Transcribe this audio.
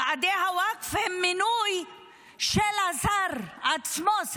ועדי הווקף הם מינוי של השר עצמו,